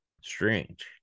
Strange